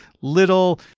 little